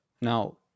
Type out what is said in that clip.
Now